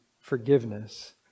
forgiveness